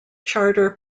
charter